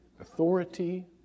Authority